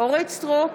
אורית מלכה סטרוק,